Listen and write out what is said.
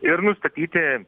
ir nustatyti